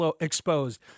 exposed